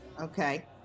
Okay